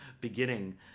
beginning